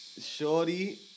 Shorty